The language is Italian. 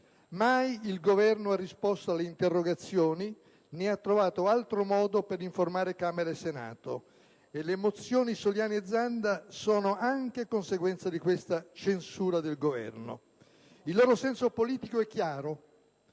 Mai il Governo ha risposto alle interrogazioni, né ha trovato altro modo per informare Camera e Senato. Le mozioni Soliani e Zanda sono anche conseguenza di questa censura del Governo. Il loro senso politico è chiaro.